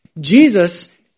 Jesus